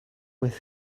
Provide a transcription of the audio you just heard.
with